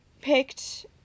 picked